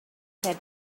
fed